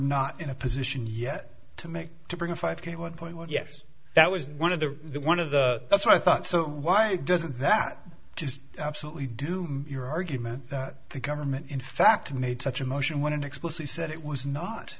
not in a position yet to make to bring a five point one point one yes that was one of the one of the that's why i thought so why doesn't that just absolutely do your argument that the government in fact made such a motion when it explicitly said it was not